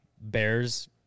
Bears